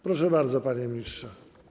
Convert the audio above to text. Proszę bardzo, panie ministrze.